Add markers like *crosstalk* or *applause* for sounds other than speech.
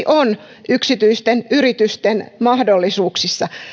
*unintelligible* on yksityisten yritysten mahdollisuuksissa